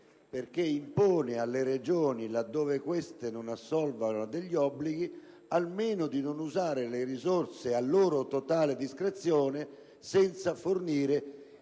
si impone alle Regioni che non assolvano ai loro obblighi almeno di non usare le risorse a loro totale discrezione, senza fornire